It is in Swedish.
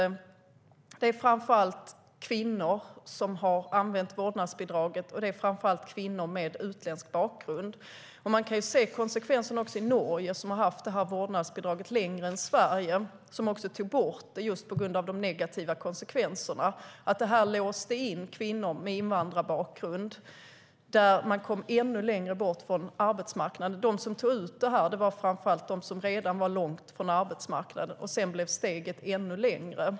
Det är framför allt kvinnor som har använt vårdnadsbidraget, och det är framför allt kvinnor med utländsk bakgrund. Man kan se konsekvensen också i Norge, som har haft vårdnadsbidrag längre än Sverige och som också tog bort det just på grund av de negativa konsekvenserna. Det låste in kvinnor med invandrarbakgrund, och de kom ännu längre bort från arbetsmarknaden. De som tog ut detta var framför allt de som redan var långt från arbetsmarknaden, och sedan blev steget ännu längre.